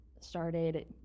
started